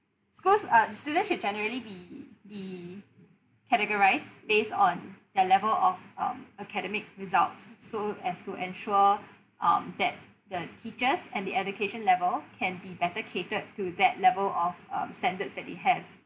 schools uh students should generally be be categorised based on the level of um academic results s~ so as to ensure um that the teachers and the education level can be better catered to that level of um standards that they have